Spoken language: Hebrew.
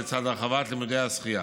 לצד הרחבת לימודי השחייה.